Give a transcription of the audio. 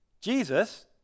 Jesus